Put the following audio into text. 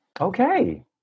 Okay